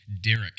Derek